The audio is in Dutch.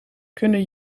kunnen